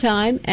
Time